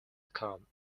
com